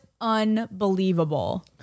unbelievable